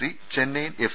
C Chennaiyin F